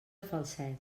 falset